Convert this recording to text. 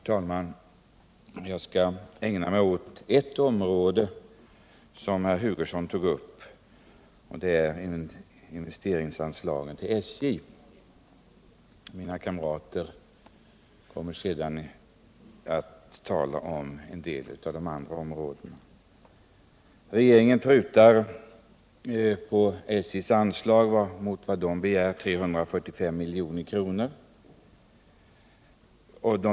Herr talman! Jag skall ägna mig åt ett av de områden som herr Hugosson tog upp, nämligen investeringsanslaget till SJ. Mina kamrater kommer att ta upp en del av de andra områdena. Regeringen prutar 345 milj.kr. på SJ:s anslagsäskande.